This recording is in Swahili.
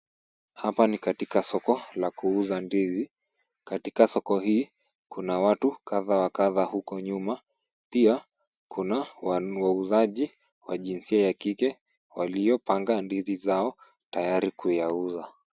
Hapa ni katika soko la kuuza ndizi. Katika soko hii kuna watu kadhaa wa kadhaa huko nyuma. Pia kuna wauzaji wa jinsia ya kike waliopanga ndizi zao tayari kuyauza.